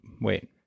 wait